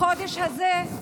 בחודש הזה,